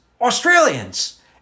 Australians